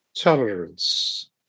Tolerance